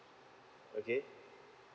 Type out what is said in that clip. okay